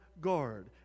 guard